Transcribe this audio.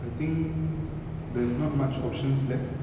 I think there's not much options left